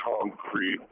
concrete